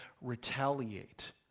retaliate